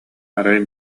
арай